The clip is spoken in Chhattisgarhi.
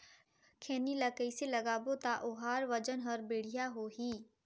खैनी ला कइसे लगाबो ता ओहार वजन हर बेडिया होही?